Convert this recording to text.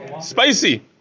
spicy